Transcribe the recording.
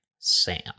Sam